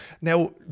Now